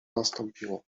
nastąpiło